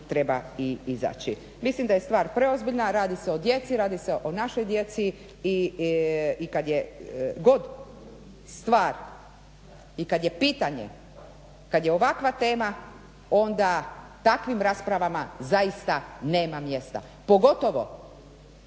treba i izaći. Mislim da je stvar preozbiljna, radi se o djeci, radi se o našoj djeci i kad je god stvar i kad je pitanje, kad je ovakva tema onda takvim raspravama zaista nema mjesta, pogotovo